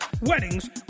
weddings